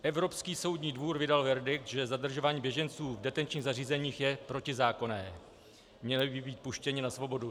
Evropský soudní dvůr vydal verdikt, že zadržování běženců v detenčních zařízeních je protizákonné, měli by být puštěni na svobodu.